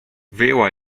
wyjęła